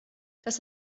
dass